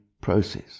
process